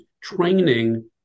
training